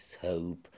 hope